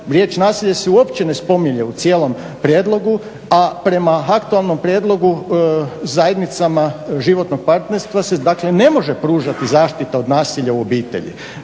riječ nasilje se uopće ne spominje u cijelom prijedlogu, a prema aktualnom prijedlogu zajednicama životnog partnerstva ne može pružati zaštita od nasilja u obitelji.